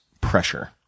pressure